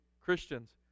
Christians